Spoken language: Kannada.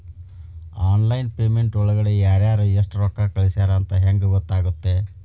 ಆನ್ಲೈನ್ ಪೇಮೆಂಟ್ ಒಳಗಡೆ ಯಾರ್ಯಾರು ಎಷ್ಟು ರೊಕ್ಕ ಕಳಿಸ್ಯಾರ ಅಂತ ಹೆಂಗ್ ಗೊತ್ತಾಗುತ್ತೆ?